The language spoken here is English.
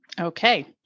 Okay